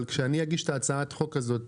אבל כשאני אגיש את הצעת החוק הזו,